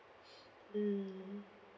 mm